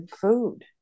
food